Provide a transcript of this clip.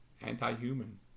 anti-human